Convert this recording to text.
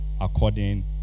According